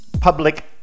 public